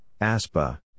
ASPA